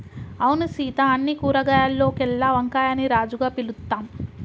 అవును సీత అన్ని కూరగాయాల్లోకెల్లా వంకాయని రాజుగా పిలుత్తాం